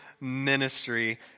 ministry